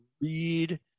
read